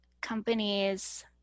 companies